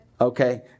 Okay